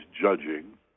judging